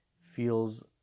feels